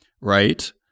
right